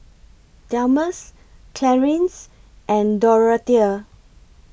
Delmus Clarice and Dorathea